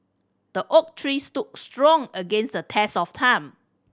the oak tree stood strong against the test of time